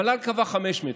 המל"ל קבע 500 שקל,